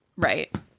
Right